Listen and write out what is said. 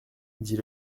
dit